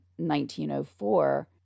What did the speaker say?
1904